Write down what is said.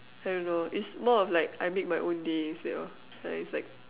I don't know it's more of like I made my own day instead of uh it's like